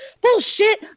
bullshit